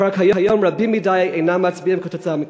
כבר כיום רבים מדי אינם מצביעים כתוצאה מכך.